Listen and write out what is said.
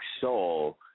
soul